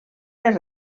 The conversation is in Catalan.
les